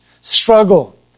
Struggle